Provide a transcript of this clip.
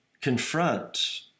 confront